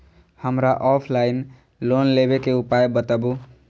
हमरा offline loan लेबे के उपाय बतबु?